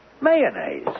Mayonnaise